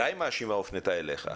די מאשימה הופנתה אליך,